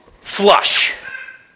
flush